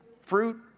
fruit